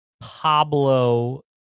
Pablo